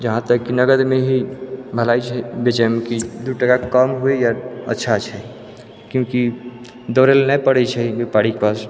जहाँतक कि नगदमे ही भलाइ छै बेचैमे की दू टका कम होइ या अच्छा छै कियाकि दौड़ैलए नहि पड़ै छै व्यापारीके पास